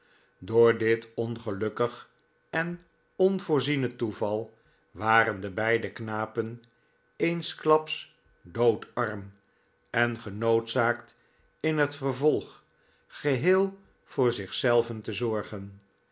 door dit ongelukkig en onvoorziene toeval waren de beide knapen eensklaps doodarm en genoodzaakt in het vervolg geheel voor zich zelven te zorgen